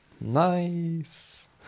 Nice